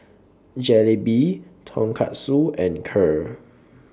Jalebi Tonkatsu and Kheer